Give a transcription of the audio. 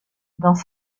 dans